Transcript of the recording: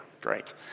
Great